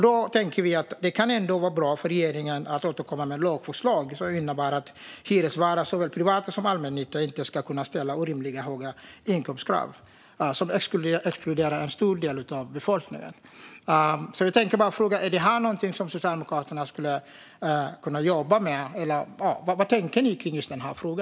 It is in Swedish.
Det vore bra om regeringen återkom med ett lagförslag som innebär att hyresvärdar i såväl det privata som allmännyttan inte ska kunna ställa orimligt höga inkomstkrav som exkluderar en stor del av befolkningen. Vad tänker Socialdemokraterna i denna fråga?